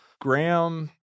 Graham